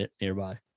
nearby